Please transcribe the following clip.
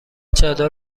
چادر